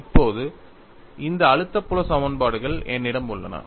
இப்போது இந்த அழுத்த புல சமன்பாடுகள் என்னிடம் உள்ளன